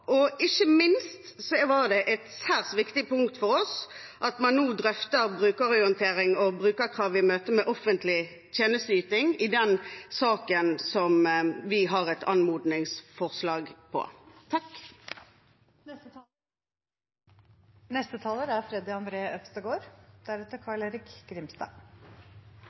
Og ikke minst var det et særs viktig punkt for oss at man nå drøfter brukerorientering og brukerkrav i møte med offentlig tjenesteyting – til det punktet har vi et anmodningsforslag.